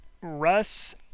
russ